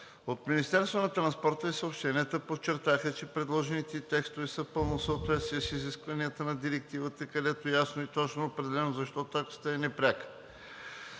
От Министерството на транспорта и съобщенията подчертаха, че предложените текстове са в пълно съответствие с изискванията на Директивата, където ясно и точно е определено защо таксата е непряка.